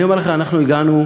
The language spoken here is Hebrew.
אני אומר לך, הגענו,